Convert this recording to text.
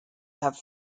have